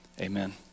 amen